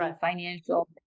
financial